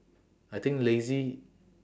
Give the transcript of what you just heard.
I think lazy